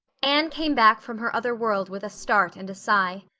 anne came back from her other world with a start and a sigh.